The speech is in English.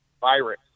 virus